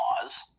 pause